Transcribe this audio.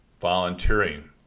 volunteering